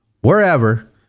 wherever